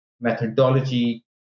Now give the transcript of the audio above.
methodology